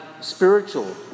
spiritual